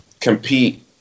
compete